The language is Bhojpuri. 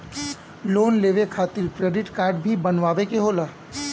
लोन लेवे खातिर क्रेडिट काडे भी बनवावे के होला?